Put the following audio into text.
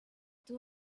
two